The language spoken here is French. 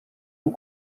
ont